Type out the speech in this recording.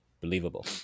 believable